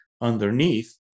underneath